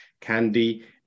candy